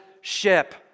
ship